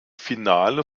finale